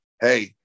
Hey